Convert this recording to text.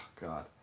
God